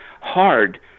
hard